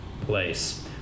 place